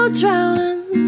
drowning